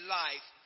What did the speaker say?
life